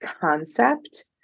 concept